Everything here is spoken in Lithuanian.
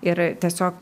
ir tiesiog